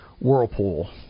Whirlpool